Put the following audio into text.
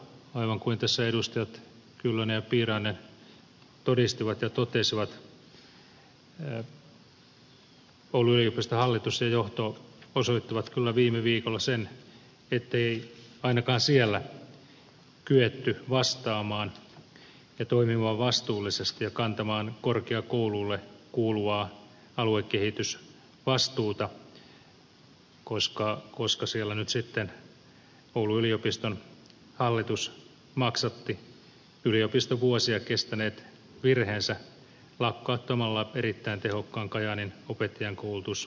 aivan kuin tässä edustajat kyllönen ja piirainen todistivat ja totesivat oulun yliopiston hallitus ja johto osoittivat kyllä viime viikolla sen ettei ainakaan siellä kyetty vastaamaan ja toimimaan vastuullisesti ja kantamaan korkeakoululle kuuluvaa aluekehitysvastuuta koska siellä nyt sitten oulun yliopiston hallitus maksatti yliopiston vuosia kestäneet virheensä lakkauttamalla erittäin tehokkaan kajaanin opettajankoulutusyksikön